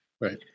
Right